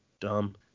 dumb